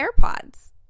airpods